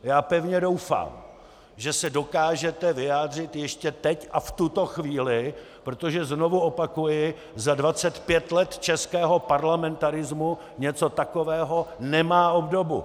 Já pevně doufám, že se dokážete vyjádřit ještě teď a v tuto chvíli, protože znovu opakuji, za 25 let českého parlamentarismu něco takového nemá obdobu!